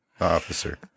officer